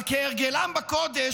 אבל כהרגלם בקודש,